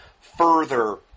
further